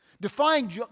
Defying